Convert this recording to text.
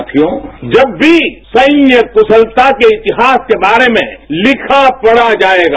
साथियों जब भी सैन्य कुरालता के इतिहास के बारे में लिखा पड़ाजाएगा